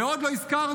ועוד לא הזכרנו,